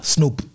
Snoop